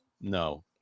No